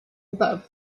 above